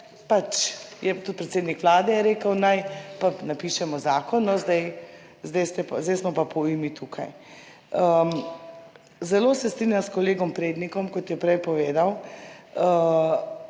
tudi predsednik Vlade je rekel, naj napišemo zakon, no zdaj smo pa po ujmi tukaj. Zelo se strinjam s kolegom Prednikom, kot je prej povedal,